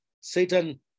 Satan